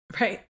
Right